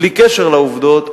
בלי קשר לעובדות,